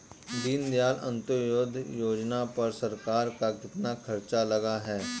दीनदयाल अंत्योदय योजना पर सरकार का कितना खर्चा लगा है?